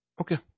Okay